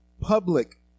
public